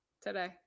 today